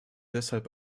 deshalb